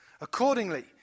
Accordingly